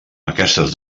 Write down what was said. aquestes